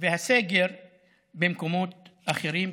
והסגר במקומות אחרים.